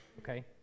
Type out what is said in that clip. Okay